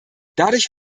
dadurch